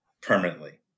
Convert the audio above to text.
permanently